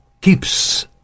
keeps